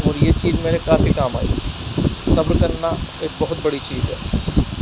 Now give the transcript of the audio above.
اور یہ چیز میرے کافی کام آئی صبر کرنا ایک بہت بڑی چیز ہے